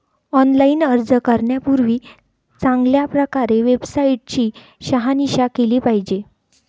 online अर्ज करण्यापूर्वी चांगल्या प्रकारे वेबसाईट ची शहानिशा केली पाहिजे